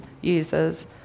users